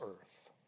earth